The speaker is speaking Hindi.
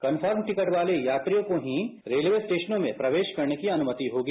कन्फर्म टिकट वाले यात्रियों को ही रेलवे स्टेशनों में प्रवेश करने की अनुमति होगी